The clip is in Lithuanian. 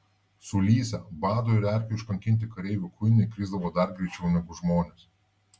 sulysę bado ir erkių iškankinti kareivių kuinai krisdavo dar greičiau negu žmonės